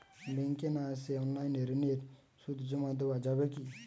ব্যাংকে না এসে অনলাইনে ঋণের সুদ জমা দেওয়া যাবে কি?